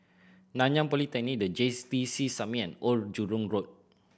Nanyang Polytechnic The J T C Summit and Old Jurong Road